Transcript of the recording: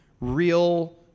real